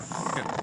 כן.